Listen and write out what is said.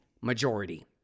majority